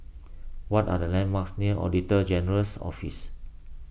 what are the landmarks near Auditor General's Office